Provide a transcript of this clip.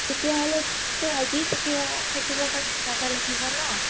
তেতিয়াহ'লে তুমিতো আজিও থাকিব থাকিবৰ কাৰণে জেগা লাগিব ন